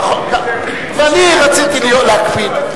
נכון, ואני רציתי להקפיד.